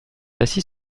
assis